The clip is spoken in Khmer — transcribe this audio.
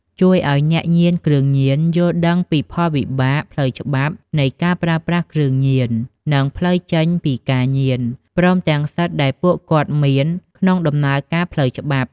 ជួយឲ្យអ្នកញៀនគ្រឿងញៀនយល់ដឹងពីផលវិបាកផ្លូវច្បាប់នៃការប្រើប្រាស់គ្រឿងញៀន និងផ្លូវចេញពីការញៀន ព្រមទាំងសិទ្ធិដែលពួកគាត់មានក្នុងដំណើរការផ្លូវច្បាប់។